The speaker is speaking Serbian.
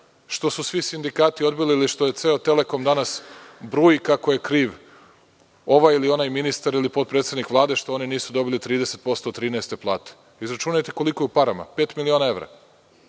što su svi sindikati odbili ili što ceo „Telekom“ danas bruji kako je kriv ovaj ili onaj ministar ili potpredsednik Vlade što oni nisu dobili 30% trinaeste plate? Izračunajte koliko je u parama - pet miliona evra.